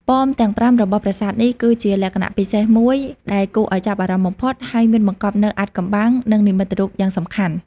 ប៉មទាំងប្រាំរបស់ប្រាសាទនេះ គឺជាលក្ខណៈពិសេសមួយដែលគួរឲ្យចាប់អារម្មណ៍បំផុត ហើយមានបង្កប់នូវអាថ៌កំបាំង និងនិមិត្តរូបយ៉ាងសំខាន់។